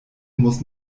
muss